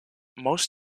most